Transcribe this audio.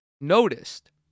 noticed